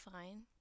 fine